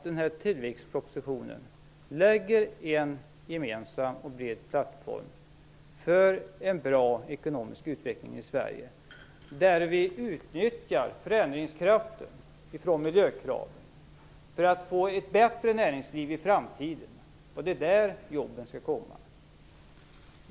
Den här tilläggspropositionen lägger en gemensam och bred plattform för en bra ekonomisk utveckling i Sverige, där vi utnyttjar förändringskraften från miljökrav för att få ett bättre näringsliv i framtiden. Det är där jobben skall komma.